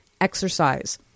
exercise